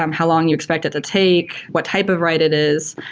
um how long you expect it to take. what type of ride it is.